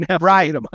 Right